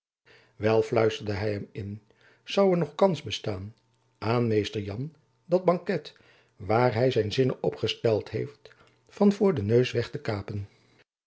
wel fluisterde hy hem in zoû er nog kans bestaan aan mr jan dat banket waar hy zijn zinnen op gesteld heeft van voor den neus weg te kapen